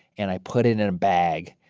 and i put it in a bag,